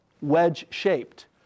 wedge-shaped